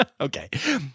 okay